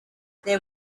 there